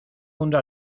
mundo